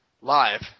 Live